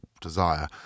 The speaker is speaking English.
desire